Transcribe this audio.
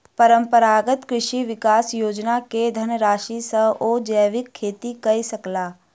परंपरागत कृषि विकास योजना के धनराशि सॅ ओ जैविक खेती कय सकला